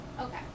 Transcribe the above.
Okay